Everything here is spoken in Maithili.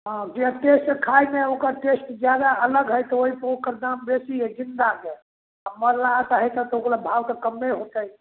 हँ जे टेस्ट खाइमे ओकर टेस्ट ज्यादा अलग हइ तऽ ओहिसँ ओकर दाम बेसी हइ जिन्दाके आओर मरलाहा हइ तऽ ओकर तऽ भाव कमे हेतै